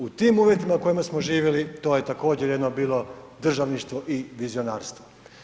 U tim uvjetima u kojima smo živjeli to je također jedno bilo državništvo i vizionarstvo.